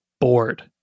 bored